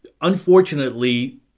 unfortunately